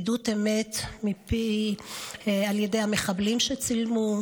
עדות אמת מפי ועל ידי המחבלים שצילמו,